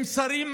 עם שרים,